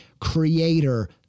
creator